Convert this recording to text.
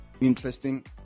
interesting